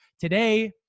Today